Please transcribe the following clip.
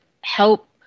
help